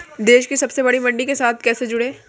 देश की सबसे बड़ी मंडी के साथ कैसे जुड़ें?